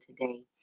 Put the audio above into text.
today